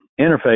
Interface